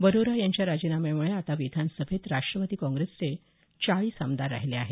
वरोरा यांच्या राजीनाम्यामुळे आता विधानसभेत राष्ट्रवादी काँग्रेसचे चाळीस आमदार राहिले आहेत